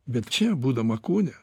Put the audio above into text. bet čia būdama kūne